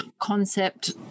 concept